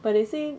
but they say